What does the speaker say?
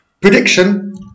prediction